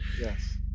Yes